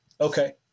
Okay